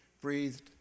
breathed